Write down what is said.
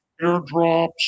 airdrops